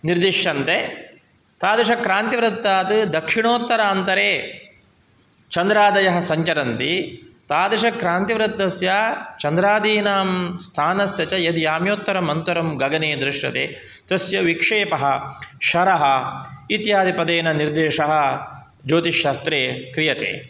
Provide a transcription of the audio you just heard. निर्दिश्यन्ते तादृशक्रान्तिवृत्तात् दक्षिणोत्तरान्तरे चन्द्रादयः सञ्चरन्ति तादृशक्रान्तिवृत्तस्य चन्द्रादीनां स्थानस्य च यदि याम्योत्तरं मन्तरं गगने दृश्यते तस्य विक्षेपः क्षरः इत्यादिपदेन निर्देशः ज्योतिषशास्त्रे क्रियते